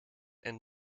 and